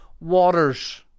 Waters